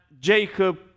Jacob